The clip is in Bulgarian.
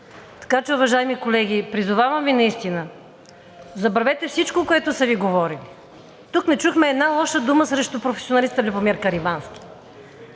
забравя. Уважаеми колеги, призовавам Ви наистина: забравете всичко, което са Ви говорили, тук не чухме една лоша дума срещу професионалиста Любомир Каримански,